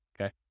okay